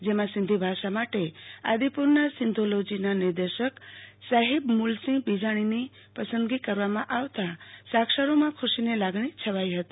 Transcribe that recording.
જેમાં સિંધી ભાષા માટે આદિપુરના સિંધોલોજીના નિર્દેશક સાહિબ મુલસીંહ બીજાણીની પસંદગી કરવામાં આવતા સાક્ષરોમાં ખુશીની લાગણી છવાઈ હતી